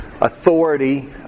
authority